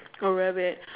oh rabbit